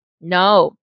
no